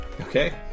Okay